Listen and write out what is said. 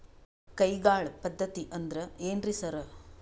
ಕೈಗಾಳ್ ಪದ್ಧತಿ ಅಂದ್ರ್ ಏನ್ರಿ ಸರ್?